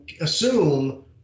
assume